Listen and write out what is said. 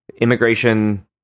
immigration